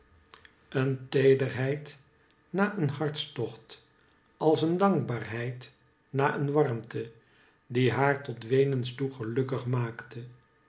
een ceederheid na ccn hartstocht als ten dankbaarhcid na een warmtc die haar tot weenens toe gelukkig maakte